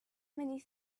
many